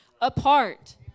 apart